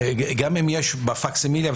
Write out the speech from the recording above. גם אם יש פקסימיליה,